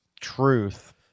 truth